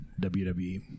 WWE